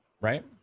right